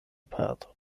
patro